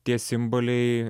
tie simboliai